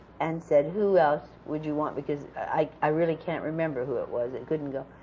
and said, who else would you want? because i really can't remember who it was. it couldn't go.